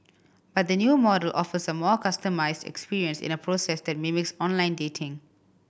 but the new model offers a more customised experience in a process that mimics online dating